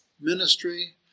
ministry